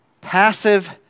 passive